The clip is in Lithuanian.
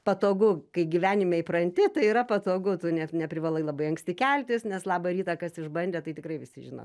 patogu kai gyvenime įpranti tai yra patogu tu net neprivalai labai anksti keltis nes labą rytą kas išbandę tai tikrai visi žino